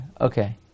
Okay